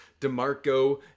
DeMarco